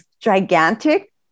gigantic